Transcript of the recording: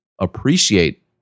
appreciate